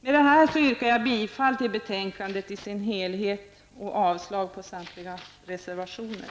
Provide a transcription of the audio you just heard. Med det anförda yrkar jag bifall till utskottets hemställan i dess helhet och avslag på samtliga reservationer.